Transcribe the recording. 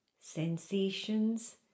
sensations